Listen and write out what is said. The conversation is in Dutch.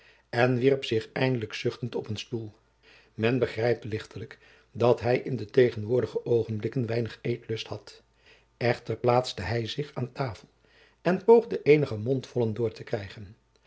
en wierp zich eindelijk zuchtend op een stoel men begrijpt lichtelijk dat hij in de tegenwoordige oogenblikken weinig eetlust had echter plaatste hij zich aan tafel en poogde eenige mondvollen door te krijgen